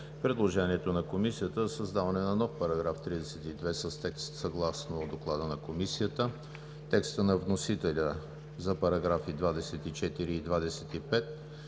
предложението на Комисията за създаване на нов § 32 с текст съгласно Доклада на Комисията; текста на вносителя за параграфи 24 и 25,